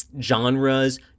genres